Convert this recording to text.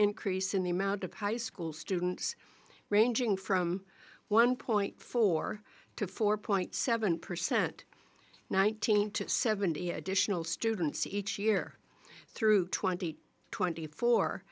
increase in the amount of high school students ranging from one point four to four point seven percent one thousand to seventy additional students each year through twenty eight twenty four